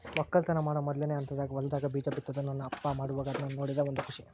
ವಕ್ಕಲತನ ಮಾಡೊ ಮೊದ್ಲನೇ ಹಂತದಾಗ ಹೊಲದಾಗ ಬೀಜ ಬಿತ್ತುದು ನನ್ನ ಅಪ್ಪ ಮಾಡುವಾಗ ಅದ್ನ ನೋಡದೇ ಒಂದು ಖುಷಿ